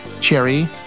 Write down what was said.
cherry